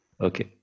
Okay